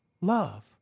Love